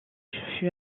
fut